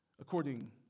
according